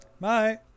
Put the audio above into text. Bye